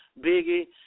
Biggie